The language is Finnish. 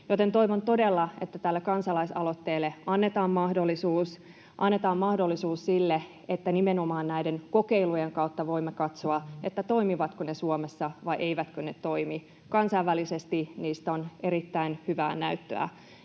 Joten toivon todella, että tälle kansalaisaloitteelle annetaan mahdollisuus ja annetaan mahdollisuus sille, että nimenomaan näiden kokeilujen kautta voimme katsoa, toimivatko ne Suomessa vai eivätkö ne toimi. Kansainvälisesti niistä on erittäin hyvää näyttöä.